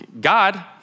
God